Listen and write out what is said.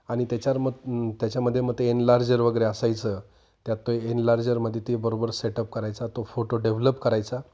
आणि त्याच्यावर मग त्याच्यामध्ये मग ते एनलार्जर वगैरे असायचं त्यात ते एनलार्जरमध्ये ते बरोबर सेटअप करायचा तो फोटो डेव्हलप करायचा